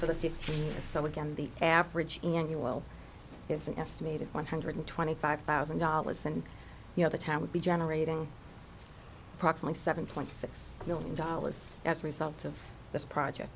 for the fifteen or so again the average annual is an estimated one hundred twenty five thousand dollars and you know the town would be generating approximately seven point six million dollars as a result of this project